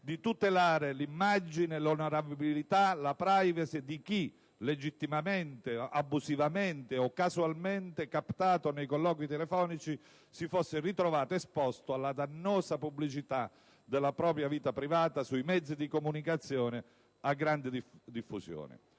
di tutelare l'immagine, l'onorabilità e la *privacy* di chi, legittimamente, abusivamente o casualmente captato nei colloqui telefonici, si fosse ritrovato esposto alla dannosa pubblicità della propria vita privata sui mezzi di comunicazione a grande diffusione.